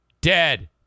dead